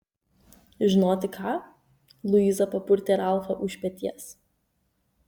žinoti ką luiza papurtė ralfą už peties